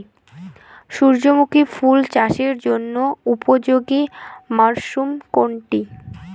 সূর্যমুখী ফুল চাষের জন্য উপযোগী মরসুম কোনটি?